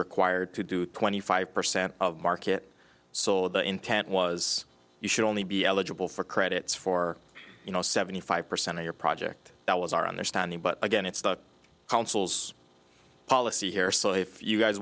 required to do twenty five percent of market so the intent was you should only be eligible for credits for you know seventy five percent of your project that was our understanding but again it's not councils policy here so if you guys